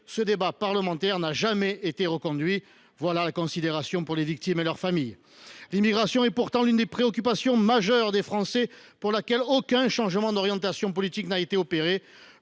ce débat parlementaire n’a jamais été reconduit. Voilà la considération dont bénéficient les victimes et leur famille ! L’immigration est pourtant l’une des préoccupations majeures des Français et aucun changement d’orientation politique n’a été opéré.